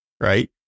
right